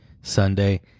Sunday